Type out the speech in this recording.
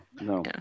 no